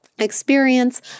experience